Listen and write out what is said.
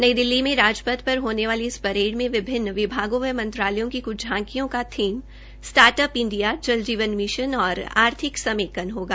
नई दिल्ली में राजपथ पर होने वाली इस परेड़ में विभिन्न विभागों व मंत्रालयों की क्छ झांकियां का theme start up India Jal Jeevan mission और आर्थिक समेकन होगा